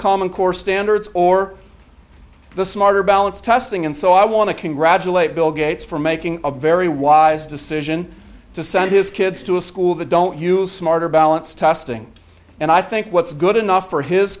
common core standards or the smarter balance testing and so i want to congratulate bill gates for making a very wise decision to send his kids to a school that don't use smarter balance testing and i think what's good enough for his